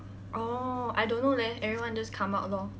oh I don't know leh everyone just come out lor